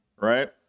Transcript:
right